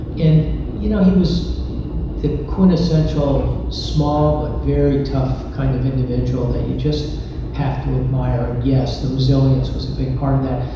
and you know he was the quintessential small, but very tough, kind of individual that you just have to admire. and yes, the resilience was a big part of that.